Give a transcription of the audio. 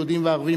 יהודים וערבים,